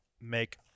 make